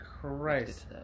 christ